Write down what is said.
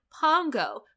Pongo